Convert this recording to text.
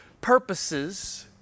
purposes